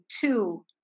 two